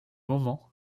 moment